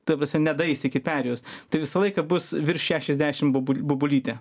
ta prasme nedaeis iki perėjos tai visą laiką bus virš šešiasdešim bobu bobulytė